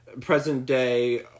present-day